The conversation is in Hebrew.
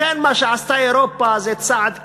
לכן, מה שעשתה אירופה זה צעד קטן,